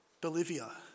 Bolivia